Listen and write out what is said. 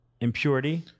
impurity